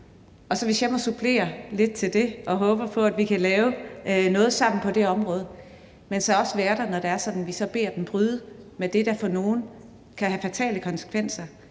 Og hvis jeg så må supplere lidt til det, vil jeg sige, at jeg håber på, at vi kan lave noget sammen på det område, men så også vil være der, når det er sådan, at vi beder dem bryde med det, der for nogle kan have fatale konsekvenser,